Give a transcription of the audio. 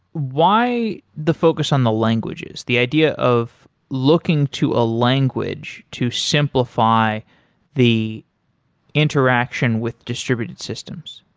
why the focus on the languages? the idea of looking to a language to simplify the interaction with distributed systems.